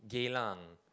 Geylang